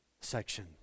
Section